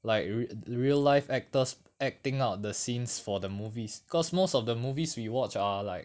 like rea~ real live actors acting out the scenes for the movies cause most of the movies we watch are like